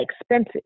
expensive